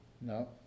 No